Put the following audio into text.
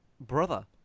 brother